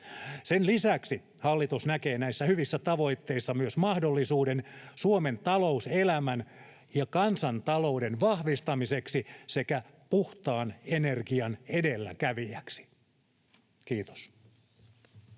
Sen lisäksi hallitus näkee näissä hyvissä tavoitteissa myös mahdollisuuden Suomen talouselämän ja kansantalouden vahvistamiseksi sekä puhtaan energian edelläkävijäksi. — Kiitos.